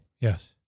Yes